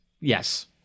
yes